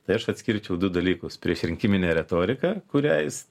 tai aš atskirčiau du dalykus priešrinkiminė retorika kurią jis